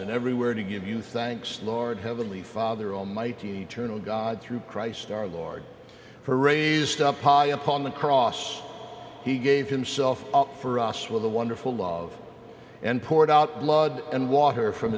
and everywhere to give you thanks lord heavenly father almighty eternal god through christ our lord for raised up high upon the cross he gave himself for us with a wonderful love and poured out blood and water from